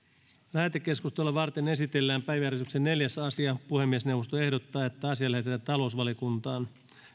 lähetekeskustelua varten esitellään päiväjärjestyksen neljäs asia puhemiesneuvosto ehdottaa että asia lähetetään talousvaliokuntaan